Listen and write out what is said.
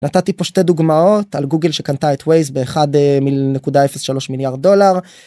נתתי פה שתי דוגמאות על גוגל שקנתה את וייז באחד מל. נקודה 0.3 מיליארד דולר.